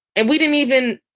and we didn't even.